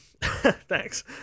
Thanks